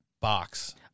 box